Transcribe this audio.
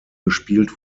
gespielt